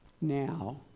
now